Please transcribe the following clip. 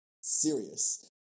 serious